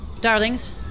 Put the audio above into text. Darlings